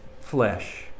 Flesh